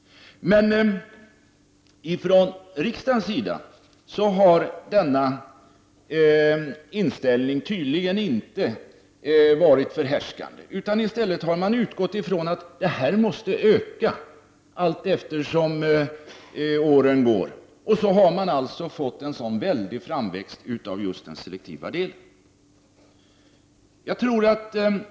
Men från riksdagens sida har denna inställning tydligen inte varit förhärskande, utan i stället har man utgått från att stödet måste öka allteftersom åren går. Och så har man alltså fått en väldig framväxt av just den selektiva delen.